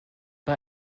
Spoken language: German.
bei